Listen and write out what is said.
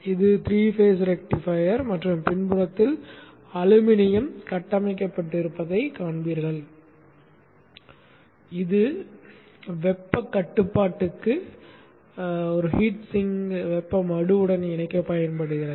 இது 3 phase rectifier மற்றும் பின்புறத்தில் அலுமினியம் கட்டமைக்கப்பட்டிருப்பதைக் காண்பீர்கள் இது வெப்பக் கட்டுப்பாட்டுக்கு வெப்ப மடுவுடன் இணைக்கப் பயன்படுகிறது